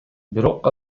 бирок